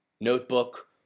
notebook